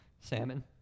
salmon